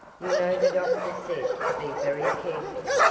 you know the doctor said to be very careful.